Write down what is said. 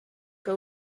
que